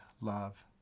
love